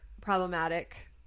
problematic